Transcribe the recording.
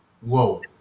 whoa